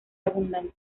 abundante